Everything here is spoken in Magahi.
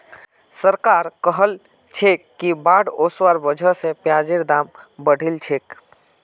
सरकार कहलछेक कि बाढ़ ओसवार वजह स प्याजेर दाम बढ़िलछेक